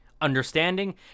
understanding